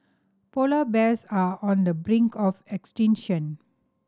polar bears are on the brink of extinction